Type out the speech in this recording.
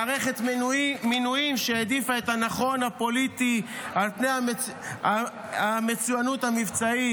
מערכת מינויים שהעדיפה את הנכון הפוליטי על פני המצוינות המבצעית,